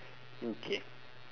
mm K